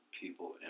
people